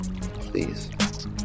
Please